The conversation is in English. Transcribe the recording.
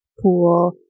pool